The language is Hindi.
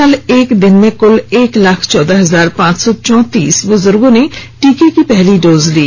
कल एक दिन में कल एक लाख चौदह हजार पांच सौ चौंतीस बुजुगों ने टीके की पहली डोज ली